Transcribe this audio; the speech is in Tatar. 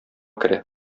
керә